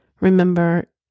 Remember